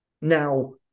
Now